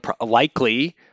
likely